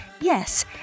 Yes